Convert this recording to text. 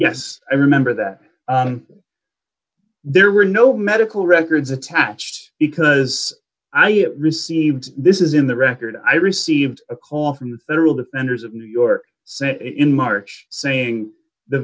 yes i remember that there were no medical records attach because i have received this is in the record i received a call from the federal defenders of new york saying in march saying the